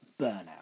burnout